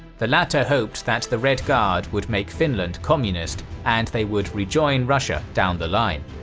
the latter hoped that the red guard would make finland communist and they would rejoin russia down the line.